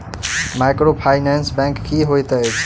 Microfinance bank की होइत अछि?